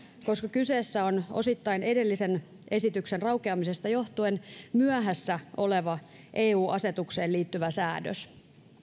koska kyseessä on osittain edellisen esityksen raukeamisesta johtuen myöhässä oleva eu asetukseen liittyvä säädös